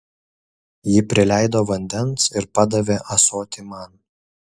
ji prileido vandens ir padavė ąsotį man